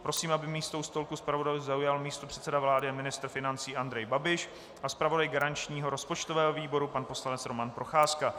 Prosím, aby místo u stolku zpravodajů zaujal místopředseda vlády a ministr financí Andrej Babiš a zpravodaj garančního rozpočtového výboru pan poslanec Roman Procházka.